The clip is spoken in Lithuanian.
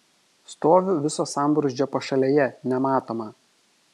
stoviu viso sambrūzdžio pašalėje nematoma